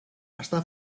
està